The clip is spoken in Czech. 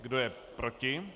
Kdo je proti?